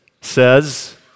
says